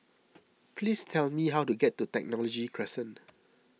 please tell me how to get to Technology Crescent